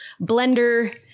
blender